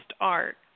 art